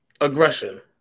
aggression